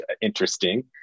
interesting